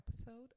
episode